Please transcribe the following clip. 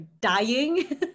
dying